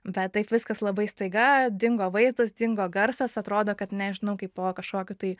bet taip viskas labai staiga dingo vaizdas dingo garsas atrodo kad nežinau kaip po kažkokiu tai